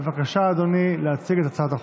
בבקשה, אדוני, להציג את הצעת החוק.